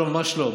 ממש לא.